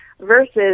versus